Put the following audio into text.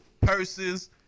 purses